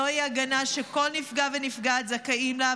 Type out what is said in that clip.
זוהי ההגנה שכל נפגע ונפגעת זכאים לה,